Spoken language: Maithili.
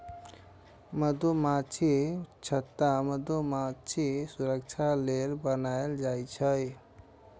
मधुमाछीक छत्ता मधुमाछीक सुरक्षा लेल बनाएल जाइ छै